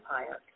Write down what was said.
empire